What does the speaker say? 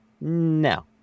no